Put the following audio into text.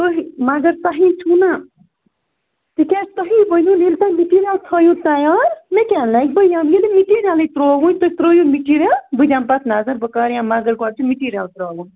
تُہۍ مگر تُہی چھُو نا تِکیٛاز تُہۍ ؤنِو ییٚلہِ تۅہہِ مِٹیٖریَل تھٲوِو تیار مےٚ کیٛاہ لگہِ بہٕ یِمہٕ ییٚلہِ نہٕ مِٹیٖریَلٕٕے ترٛووٕ تُہۍ ترٛٲیِو مِٹیٖریَل بہٕ دِمہٕ پتہٕ نظر بہٕ کَرٕ یِمہٕ مَگر گۄڈٕ چھُ مِٹیٖریل ترٛاوُن